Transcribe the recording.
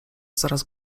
coraz